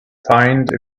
find